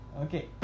Okay